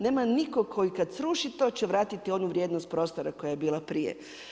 Nema nikoga koji kad sruši to će vratiti onu vrijednost prostora koja je bila prije.